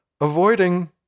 avoiding